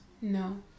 No